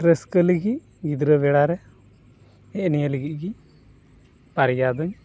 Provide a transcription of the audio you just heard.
ᱨᱟᱹᱥᱠᱟᱹ ᱞᱟᱹᱜᱤᱫ ᱜᱤᱫᱽᱨᱟᱹ ᱵᱮᱲᱟᱨᱮ ᱱᱮᱜᱼᱮ ᱱᱤᱭᱟᱹ ᱞᱟᱹᱜᱤᱫ ᱜᱮᱧ ᱯᱟᱨᱭᱟ ᱫᱩᱧ